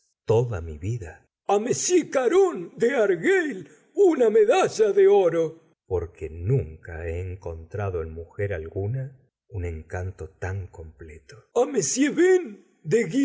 toda mi vida m caron de argueil una medalla de oro porque nunca he encontrado en mujer alguna un encanto tan completo a m bain de